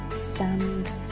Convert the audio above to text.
sand